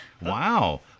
Wow